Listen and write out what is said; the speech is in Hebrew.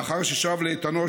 לאחר ששב לאיתנו,